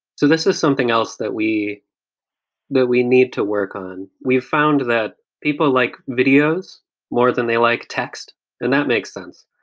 so this is something else that we that we need to work on. we've found that people like videos more than they like text and that makes sense.